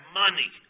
money